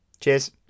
Cheers